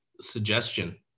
suggestion